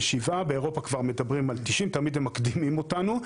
באירופה כבר מדברים על 90%. תמיד הם מקדימים אותנו.